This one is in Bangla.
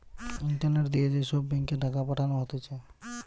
ইন্টারনেট দিয়ে যে সব ব্যাঙ্ক এ টাকা পাঠানো হতিছে